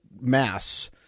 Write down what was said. mass